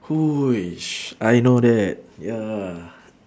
!woo! which I know that ya